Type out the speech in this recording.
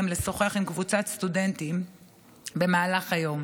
גם לשוחח עם קבוצת סטודנטים במהלך היום.